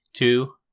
Two